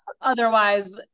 otherwise